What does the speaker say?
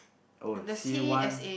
oh c_a-one